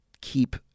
keep